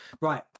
right